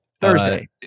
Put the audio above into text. Thursday